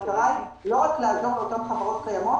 המטרה היא לא רק לעזור לאותן חברות קיימות,